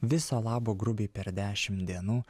viso labo grubiai per dešim dienų